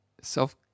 self